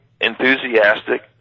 enthusiastic